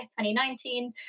2019